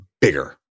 bigger